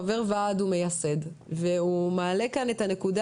הוא חבר וועד ומייסד והוא מעלה כאן את הנקודה